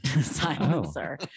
silencer